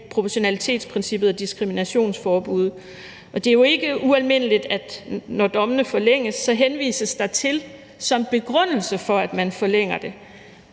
proportionalitetsprincippet og diskriminationsforbuddet. Det er jo ikke ualmindeligt, når dommene forlænges, at der som begrundelse for, at man forlænger dem,